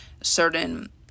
certain